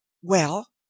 well?